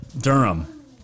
Durham